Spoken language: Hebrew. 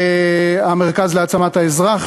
והמרכז להעצמת האזרח,